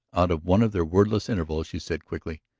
out of one of their wordless intervals, she said quickly